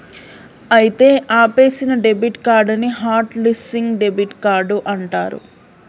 అయితే ఆపేసిన debit card ని హట్ లిస్సింగ్ డెబిట్ కార్డ్ అంటారు